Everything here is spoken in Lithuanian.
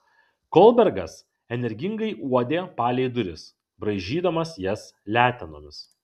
kolbergas energingai uodė palei duris braižydamas jas letenomis